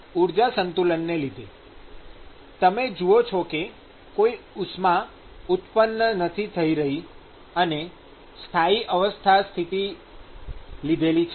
ઊર્જા સંતુલનને લીધે તમે જુઓ છો કે કોઈ ઉષ્મા ઉત્પન્ન નથી થઈ રહી અને સ્થાયી અવસ્થા પરિસ્થિતી લીધેલી છે